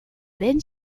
ben